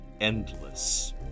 endless